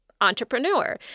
entrepreneur